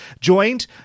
joined